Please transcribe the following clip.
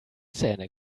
zähne